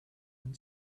and